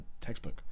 textbook